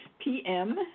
PM